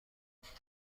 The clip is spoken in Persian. درسته